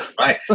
right